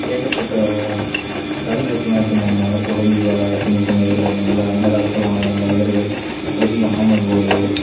ஏகப்பட்ட கருகாட்சிலாம் வச்சுருந்தாங்க இந்த குழந்தையாக சின்னச்சின்ன இதில் வந்து அந்த காலத்தில் வாழ்ந்த மனிதர்கள் பெரிய ஆமை ஓடு